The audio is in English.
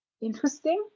interesting